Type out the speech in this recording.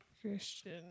Christian